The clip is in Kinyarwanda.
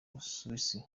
busuwisi